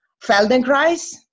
Feldenkrais